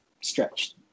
stretched